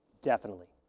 definitely.